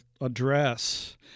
address